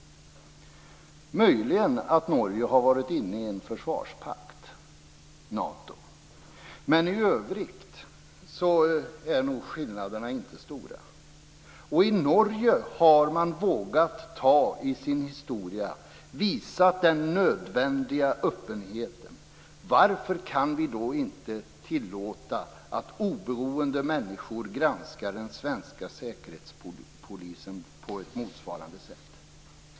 Möjligen att Norge har varit med i en försvarspakt, Nato. Men i övrigt är skillnaderna inte stora. I Norge har man vågat ta i sin historia och visat den nödvändiga öppenheten. Varför kan vi inte tillåta att oberoende människor granskar den svenska säkerhetspolisen på motsvarande sätt?